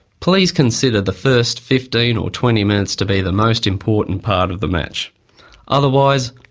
please consider the first fifteen or twenty minutes to be the most important part of the match otherwise,